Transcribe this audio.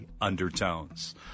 undertones